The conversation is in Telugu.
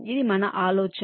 ఇది మన ఆలోచన